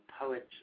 poets